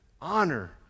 honor